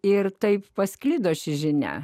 ir taip pasklido ši žinia